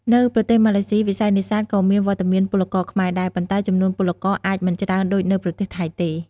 នៅប្រទេសម៉ាឡេស៊ី វិស័យនេសាទក៏មានវត្តមានពលករខ្មែរដែរ ប៉ុន្តែចំនួនពលករអាចមិនច្រើនដូចនៅប្រទេសថៃទេ។